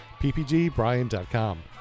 ppgbrian.com